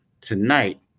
Tonight